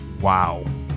wow